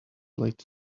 late